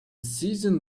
seizing